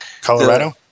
Colorado